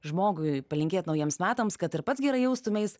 žmogui palinkėt naujiems metams kad ir pats gerai jaustumeis